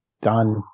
Done